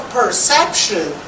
perception